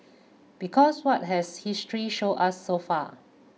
because what has history showed us so far